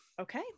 okay